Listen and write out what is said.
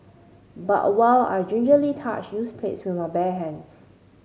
but while I gingerly touched used plates with my bare hands